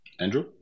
Andrew